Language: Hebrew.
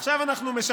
עכשיו אנחנו,